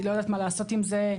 היא לא יודעת מה לעשות עם זה.